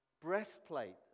breastplate